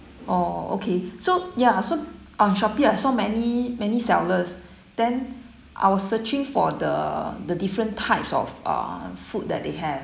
oh okay so ya so on Shopee I saw many many sellers then I was searching for the the different types of uh food that they have